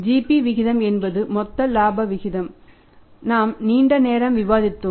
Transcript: GP விகிதம் என்பது மொத்த இலாபம் விகிதம் நாம் நீண்ட நேரம் விவாதித்தோம்